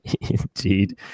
Indeed